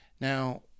Now